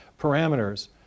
parameters